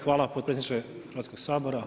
Hvala potpredsjedniče Hrvatskog sabora.